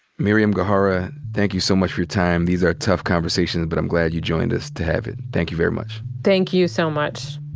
miriam gohara, thank you so much for your time. these are tough conversations, but i'm glad you joined us to have it. thank you very much. thank you so much.